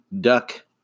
duck